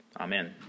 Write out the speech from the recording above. Amen